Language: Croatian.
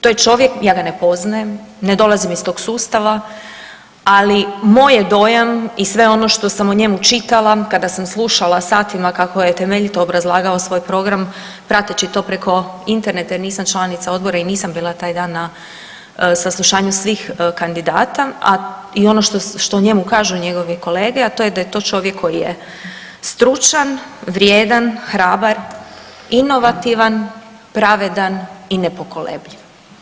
To je čovjek, ja ga ne poznajem, ne dolazim iz tog sustava, ali moj je dojam i sve ono što sam o njemu čitala kada sam slušala satima kako je temeljito obrazlagao svoj program prateći to preko interneta jer nisam članica odbora i nisam bila taj dan na saslušanju svih kandidata, a i ono što o njemu kažu njegovi kolege, a to je da je to čovjek koji je stručan, vrijedan, hrabar, inovativan, pravedan i nepokolebljiv.